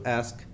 ask